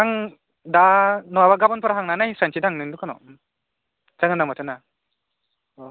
आं दा नङाबा गाबोनफोर थांना नायस्रानोसै दां नोंनि दखानाव जागोन दां माथो ना अ